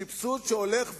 סבסוד שהולך וגדל,